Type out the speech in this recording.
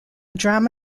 drama